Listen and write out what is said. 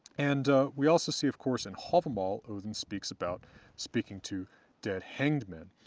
and we also see, of course, in havamal, odinn speaks about speaking to dead hanged men.